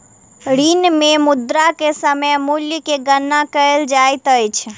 ऋण मे मुद्रा के समय मूल्य के गणना कयल जाइत अछि